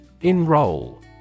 Enroll